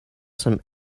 some